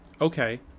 Okay